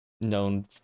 known